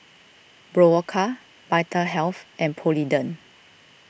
Berocca Vitahealth and Polident